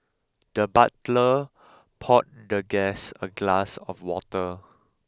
the butler poured the guest a glass of water